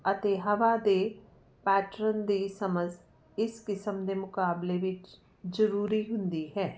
ਅਤੇ ਹਵਾ ਦੇ ਪੈਟਰਨ ਦੀ ਸਮਝ ਇਸ ਕਿਸਮ ਦੇ ਮੁਕਾਬਲੇ ਵਿੱਚ ਜ਼ਰੂਰੀ ਹੁੰਦੀ ਹੈ